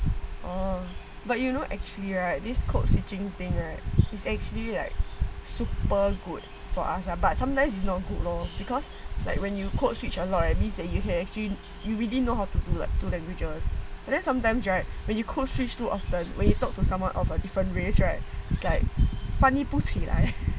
oh but you know actually right this code switching thing right is actually like super good for us ah but sometimes you know good lor because like when you code switch a lot right means that you really you really know how to do like to languages and then sometimes right when you code switch too often when you talk to someone of a different race right it's like funny 翻译不起来